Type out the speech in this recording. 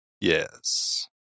Yes